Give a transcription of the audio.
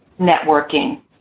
networking